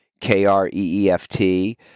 K-R-E-E-F-T